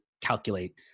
calculate